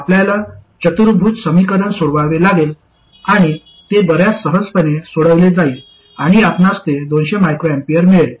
आपल्याला चतुर्भुज समीकरण सोडवावे लागेल आणि ते बर्याच सहजपणे सोडवले जाईल आणि आपणास ते 200 µA मिळेल